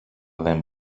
δεν